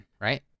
right